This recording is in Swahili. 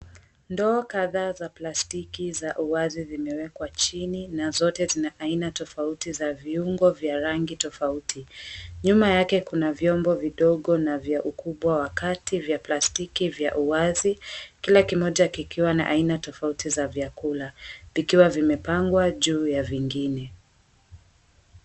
Ndoo kadhaa za plastiki za uwazi zimewekwa chini na zote zina aina tofauti za viungo vya rangi tofauti. Nyuma yake kuna vyombo vidogo na vya ukubwa wa kati vya plastiki vya uwazi, kila kimoja kikiwa na aina tofauti za vyakula, vikiwa vimepangwa juu ya vingine.